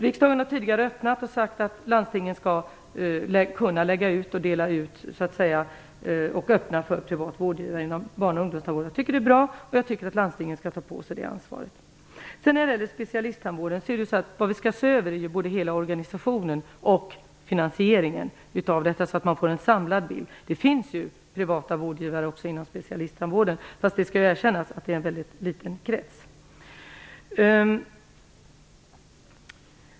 Riksdagen har tidigare inlett med att säga att landstingen skall kunna öppna för privata vårdgivare inom barn och ungdomstandvården. Jag tycker att det är bra och att landstingen skall ta på sig det ansvaret. När det gäller specialisttandvården skall vi se över både organisationen i dess helhet och finansieringen, så att vi får en samlad bild. Det finns privata vårdgivare också inom specialisttandvården, även om det skall erkännas att det är en mycket liten krets.